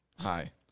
Hi